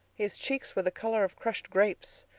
his cheeks were the color of crushed grapes,